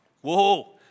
whoa